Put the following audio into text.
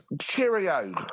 cheerio